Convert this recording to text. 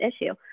issue